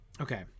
Okay